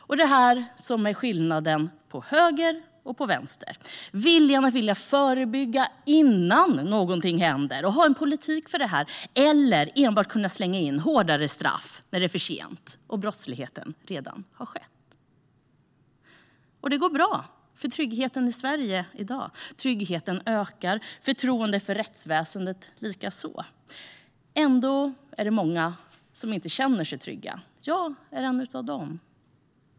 Det är detta som är skillnaden mellan höger och vänster, alltså viljan att förebygga innan någonting händer och ha en politik för detta eller att enbart kunna slänga in hårdare straff när det är för sent och brottsligheten redan har skett. Det går bra för tryggheten i Sverige i dag. Tryggheten ökar, likaså förtroendet för rättsväsendet. Ändå är det många som inte känner sig trygga. Jag är en av dem.